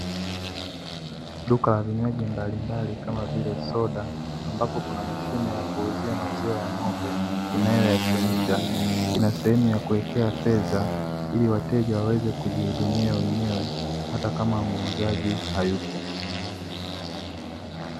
Duka la vinywaji mbalimbali kama vile soda ambapo kuna mashine ya kuuzia maziwa ya ng'ombe inayoyachemsha, ina sehemu ya kuwekea fedha ili wateja waweze kujihudumia wenyewe hata kama muuzaji hayupo.